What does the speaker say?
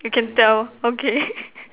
you can tell okay